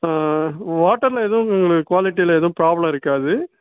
வாட்டரில் எதுவும் உங்களுக்கு குவாலிட்டியில் எதுவும் ப்ராப்ளம் இருக்காது